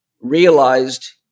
realized